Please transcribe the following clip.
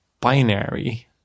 binary